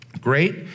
great